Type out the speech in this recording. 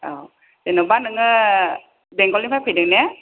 औ जेनेबा नोङो बेंगलनिफ्राय फैदों ने